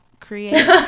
create